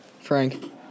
Frank